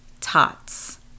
tots